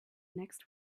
next